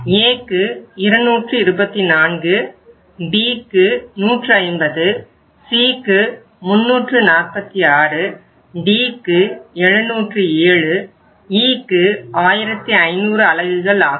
Aக்கு 224 Bக்கு 150 Cக்கு 346 Dக்கு 707 Eக்கு 1500 அலகுகள் ஆகும்